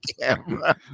camera